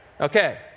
Okay